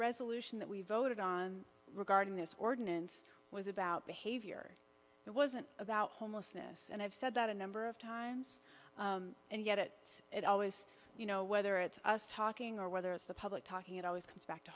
resolution that we voted on regarding this ordinance was about behavior it wasn't about homelessness and i've said that a number of times and yet it it always you know whether it's us talking or whether it's the public talking it always comes back to